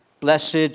Blessed